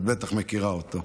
את בטח מכירה אותו,